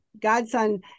godson